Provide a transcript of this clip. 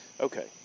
Okay